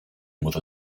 with